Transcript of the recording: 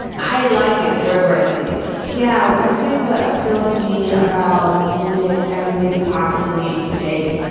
i like it whenever i see it yeah. i think what appeals to me about nick and maybe possibly jake,